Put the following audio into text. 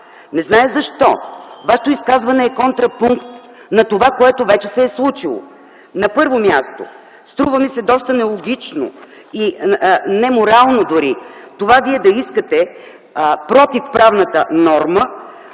Не зная защо, но Вашето изказване е контрапункт на това, което вече се е случило. На първо място, струва ми се доста нелогично и дори неморално Вие да искате, против правната норма,